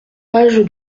page